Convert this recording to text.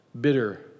bitter